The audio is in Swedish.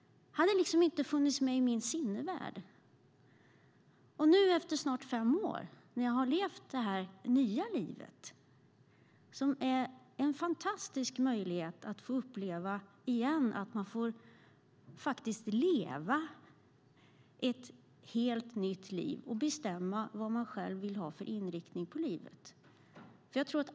Det hade inte funnits med i min sinnevärld. Jag har nu efter snart fem år levt mitt nya liv. Det har varit en fantastisk möjlighet att återigen själv bestämma inriktningen på livet.